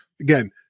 Again